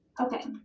Okay